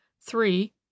three